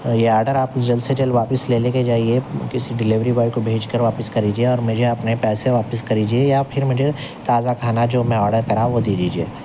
یہ آرڈر آپ جلد سے جلد واپس لے لے کے جائیے کسی ڈلیوری بوائے کو بھیج کے واپس کر لیجیے اور مجھے اپنے پیسے واپس کر دیجیے یا پھر مجھے تازہ کھانا جو میں آرڈر کرا وہ دے دیجیے